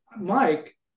Mike